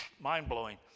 mind-blowing